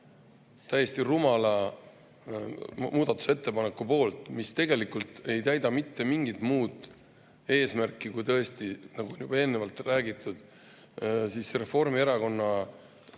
täiesti rumala [eelnõu] poolt, mis tegelikult ei täida mitte mingit muud eesmärki kui tõesti, nagu juba eelnevalt räägitud, Reformierakonna